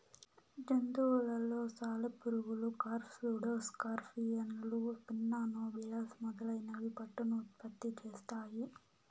జంతువులలో సాలెపురుగులు, కార్ఫ్, సూడో స్కార్పియన్లు, పిన్నా నోబిలస్ మొదలైనవి పట్టును ఉత్పత్తి చేస్తాయి